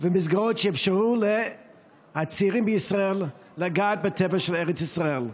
ומסגרות יאפשרו לצעירים בישראל לגעת בטבע של ארץ ישראל.